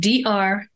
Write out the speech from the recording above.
Dr